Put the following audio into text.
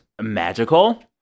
magical